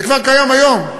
זה כבר קיים היום.